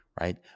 right